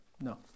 No